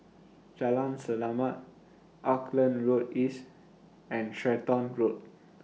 Jalan Selamat Auckland Road East and Stratton Road